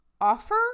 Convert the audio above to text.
offer